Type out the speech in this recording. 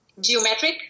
geometric